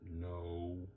No